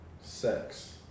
Sex